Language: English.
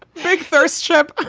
first first chip